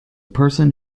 person